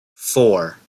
four